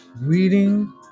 reading